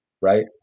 Right